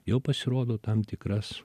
jau pasirodo tam tikras